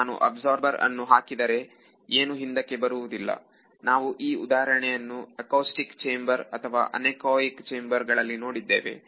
ನಾನು ಅಬ್ಸರ್ಬರ್ ಅನ್ನು ಹಾಕಿದರೆ ಏನು ಹಿಂದಕ್ಕೆ ಬರುವುದಿಲ್ಲ ನಾವು ಈ ಉದಾಹರಣೆಯನ್ನು ಅಕೌಸ್ಟಿಕ್ ಚೇಂಬರ್ ಅಥವಾ ಅನೆಕೊಯಿಕ್ ಚೇಂಬರ್ ಗಳಲ್ಲಿ ನೋಡಿದ್ದೇವೆ